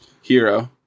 Hero